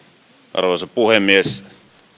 arvoisa puhemies